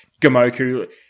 Gamoku